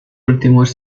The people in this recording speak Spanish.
últimos